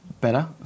better